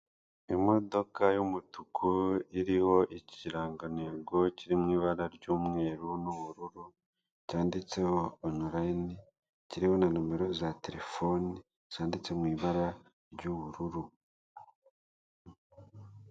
Imodoka y'umutuku, iriho ikirangantego kiri mu ibara ry'umweru n'ubururu, cyanditseho onurayini, kiriho na nimera za telefone zanditse mu ibara ry'ubururu.